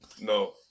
no